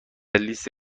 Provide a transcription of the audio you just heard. لیست